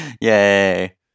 Yay